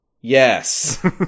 Yes